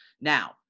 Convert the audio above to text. Now